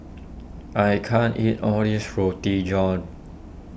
I can't eat all this Roti John